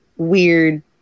weird